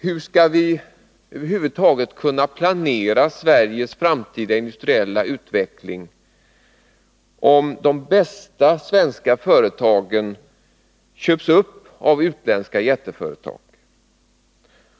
Hur skall vi över huvud taget kunna planera Sveriges framtida industriella utveckling, om de bästa svenska företagen köps upp av utländska jätteföretag?